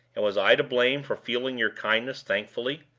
and was i to blame for feeling your kindness thankfully?